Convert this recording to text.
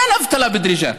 אין אבטלה בדריג'את.